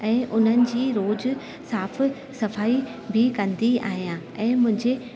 ऐं उन्हनि जी रोज़ साफ़ सफ़ाई बि कंदी आहियां ऐं मुंहिंजे